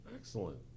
Excellent